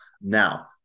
Now